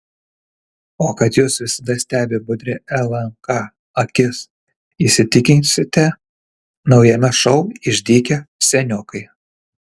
o kad jus visada stebi budri lnk akis įsitikinsite naujame šou išdykę seniokai